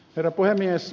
herra puhemies